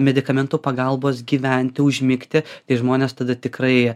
medikamentų pagalbos gyventi užmigti tai žmonės tada tikrai